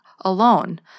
alone